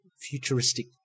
futuristic